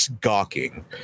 gawking